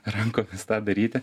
rankomis tą daryti